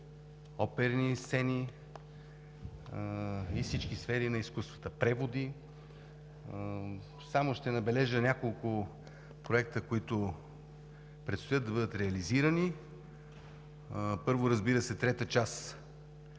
оперни сцени и всички сфери на изкуствата, преводи. Само ще набележа няколко проекта, които предстоят да бъдат реализирани. Първо, разбира се, трета част